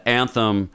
anthem